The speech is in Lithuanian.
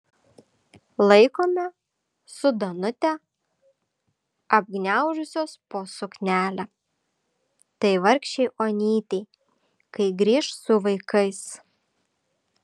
laikome su danute apgniaužusios po suknelę tai vargšei onytei kai grįš su vaikais